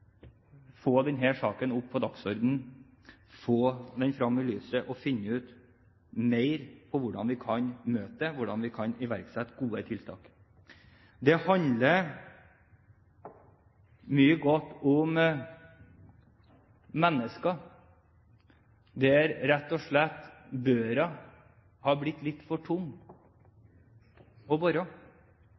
saken opp på dagsordenen, få den frem i lyset og finne ut mer om hvordan vi kan møte det, hvordan vi kan iverksette gode tiltak. Det handler mye om mennesker der børa rett og slett har blitt litt for